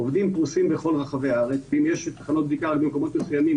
העובדים פרוסים בכל רחבי הארץ ואם יש תחנות בדיקה רק במקומות מסוימים,